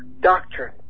doctrine